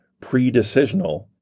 pre-decisional